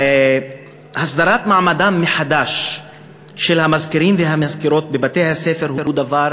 הסדרת מעמדם מחדש של המזכירים והמזכירות בבתי-הספר הוא דבר,